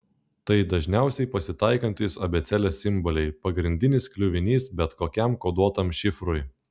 tai dažniausiai pasitaikantys abėcėlės simboliai pagrindinis kliuvinys bet kokiam koduotam šifrui